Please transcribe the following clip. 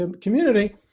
community